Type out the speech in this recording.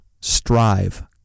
Strive